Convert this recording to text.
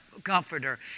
Comforter